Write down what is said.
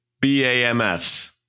B-A-M-Fs